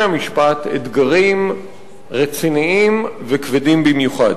המשפט אתגרים רציניים וכבדים במיוחד.